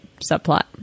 subplot